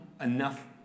enough